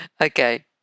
Okay